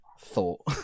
thought